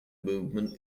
movement